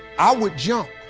i would jump.